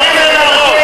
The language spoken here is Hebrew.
אתה רוצה להרוג.